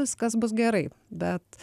viskas bus gerai bet